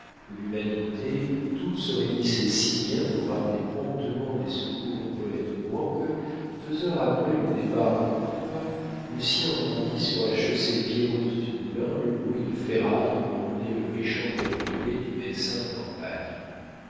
l'humanité tout se réunissait si bien pour amener promptement des secours au poète mourant que deux heures après le départ de courtois lucien entendit sur la chaussée pierreuse du moulin le bruit de ferraille que rendait le méchant cabriolet du médecin de campagne